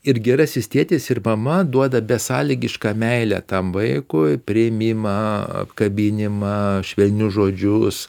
ir gerasis tėtis ir mama duoda besąlygišką meilę tam vaikui priėmimą apkabinimą švelnius žodžius